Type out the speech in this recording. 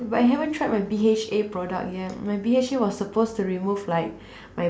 but I haven't tried my B_H_A product yet my B_H_A was supposed to remove like